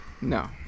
No